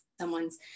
someone's